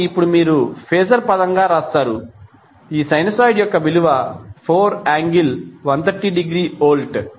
కాబట్టి ఇప్పుడు మీరు ఫేజర్ పరంగా వ్రాస్తారు ఈ సైనూసోయిడ్ యొక్క విలువ 4∠130 డిగ్రీ వోల్ట్